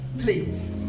please